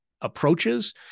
approaches